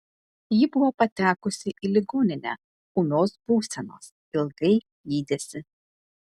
ji buvo patekusi į ligoninę ūmios būsenos ilgai gydėsi